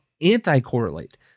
anti-correlate